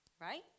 right